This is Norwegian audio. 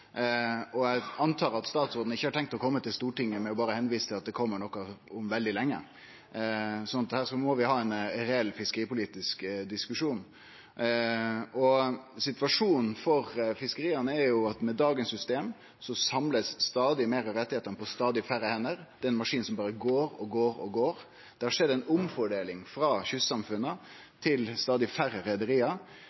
Eg antar at statsråden ikkje har tenkt å kome til Stortinget og berre vise til at det kjem noko om veldig lenge. Her må vi ha ein reell fiskeripolitisk diskusjon. Situasjonen for fiskeria er at med dagens system blir stadig fleire rettar samla på stadig færre hender. Det er ein maskin som berre går og går og går. Det har skjedd ei omfordeling frå kystsamfunna